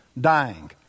dying